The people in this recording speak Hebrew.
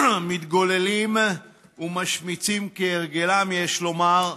מתגוללים ומשמיצים, כהרגלם, יש לומר,